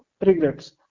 regrets